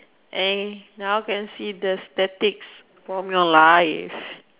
and now can see the statics from your life